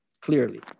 clearly